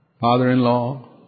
father-in-law